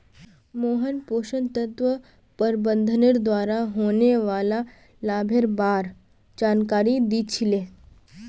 मोहन पोषण तत्व प्रबंधनेर द्वारा होने वाला लाभेर बार जानकारी दी छि ले